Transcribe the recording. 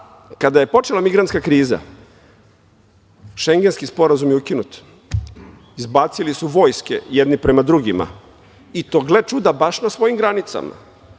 kada je počela migrantska kriza, Šengenski sporazum je ukinut, izbacili su vojske jedni prema drugima, i to gle čuda baš na svojim granicama,